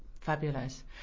Fabulous